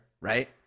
right